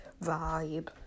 vibe